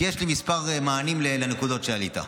כי יש לי כמה מענים לנקודות שהעלית.